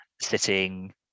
sitting